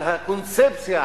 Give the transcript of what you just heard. על הקונספציה,